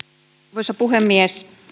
arvoisa puhemies